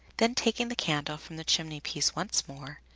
then, taking the candle from the chimney-piece once more,